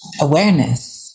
awareness